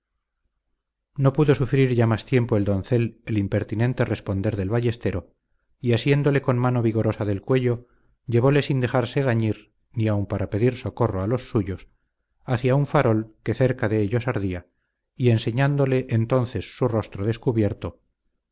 no pudo sufrir ya más tiempo el doncel el impertinente responder del ballestero y asiéndole con mano vigorosa del cuello llevóle sin dejarle gañir ni aun para pedir socorro a los suyos hacia un farol que cerca de ellos ardía y enseñándole entonces su rostro descubierto